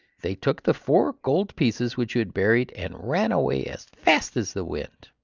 they took the four gold pieces which you have buried and ran away as fast as the wind.